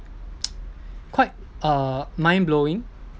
quite uh mindblowing